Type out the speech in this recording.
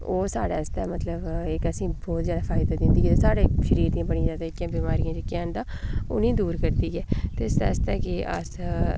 ओह् साढ़े आस्तै मतलब असें ई बहुत जैदा फायदा दिंदी साढ़े शरीर दियां बड़ियां जैदा जेह्कियां बमारियां जेह्कियां हैन तां उ'नें ई दूर करदी ऐ इस आस्तै कि अस